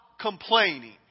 complaining